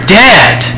dead